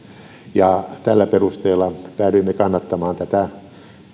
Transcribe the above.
ja tällä perusteella päädyimme kannattamaan tätä